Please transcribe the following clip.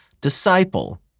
disciple